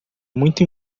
muito